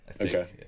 Okay